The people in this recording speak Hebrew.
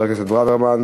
בבקשה, חבר הכנסת ברוורמן,